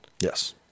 Yes